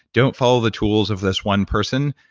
don't follow the tools of this one person.